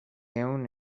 ehun